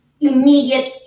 immediate